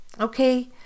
okay